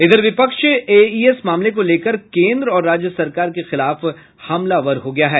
इधर विपक्ष एईएस मामले को लेकर केन्द्र और राज्य सरकार के खिलाफ हमलावर हो गया है